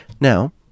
Now